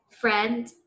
friend